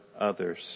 others